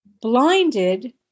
blinded